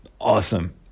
awesome